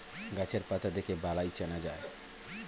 গাছের পাতা দেখে বালাই চেনা যায়